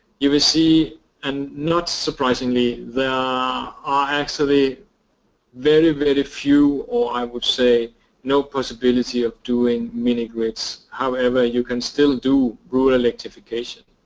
you will see and not surprisingly there are actually very, very few, or i would say no possibility of doing mini-grids. however, you can still do rural electrification.